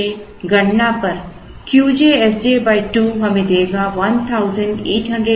इसलिए गणना पर Q j Sj 2 हमें देगा 1837125